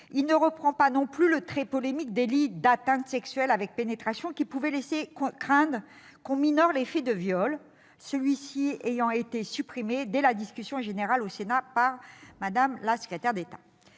il ne reprend pas non plus le très polémique délit d'atteinte sexuelle avec pénétration qui pouvait laisser craindre que l'on ne minore les faits de viol. Cette disposition a été supprimée dès la discussion générale au Sénat par Mme la secrétaire d'État.